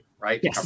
Right